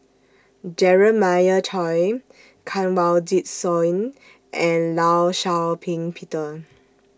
Jeremiah Choy Kanwaljit Soin and law Shau Ping Peter